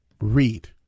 read